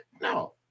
No